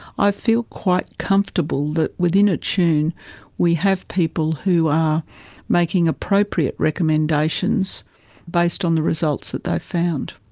i feel quite comfortable that within attune we have people who are making appropriate recommendations based on the results that they've found.